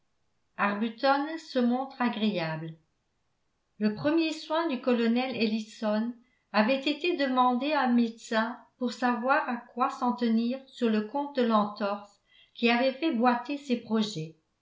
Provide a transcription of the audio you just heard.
arbuton se montre agréable le premier soin du colonel ellison avait été de mander un médecin pour savoir à quoi s'en tenir sur le compte de l'entorse qui avait fait boiter ses projets